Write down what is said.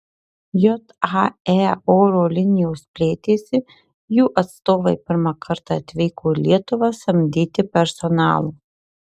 jae oro linijos plėtėsi jų atstovai pirmą kartą atvyko į lietuvą samdyti personalo